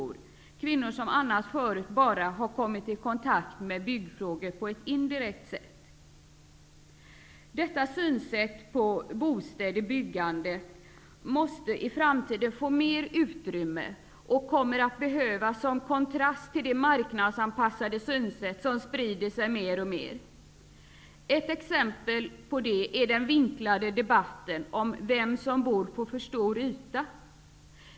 Det är kvinnor som förut bara kommit i kontakt med byggfrågor på ett indirekt sätt. Denna syn på bostäder och byggandet måste i framtiden få mer utrymme och kommer att behö vas som kontrast till det marknadsanpassade syn sätt som sprider sig mer och mer. Ett exempel på det är den vinklade debatten om frågan om vilka det är som bor på för stor yta.